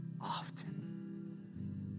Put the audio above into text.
often